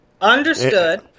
Understood